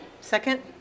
Second